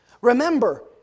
Remember